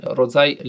rodzaj